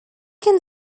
can